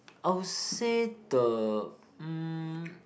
I'll say the um